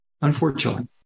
Unfortunately